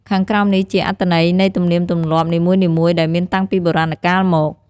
ខាងក្រោមនេះជាអត្ថន័យនៃទំនៀមទម្លាប់នីមួយៗដែលមានតាំងពីបុរាណកាលមក។